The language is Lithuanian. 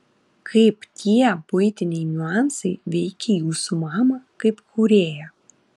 kaip tie buitiniai niuansai veikė jūsų mamą kaip kūrėją